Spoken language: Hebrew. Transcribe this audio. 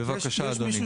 בבקשה אדוני,